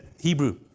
Hebrew